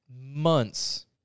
months